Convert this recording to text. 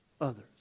others